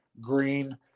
green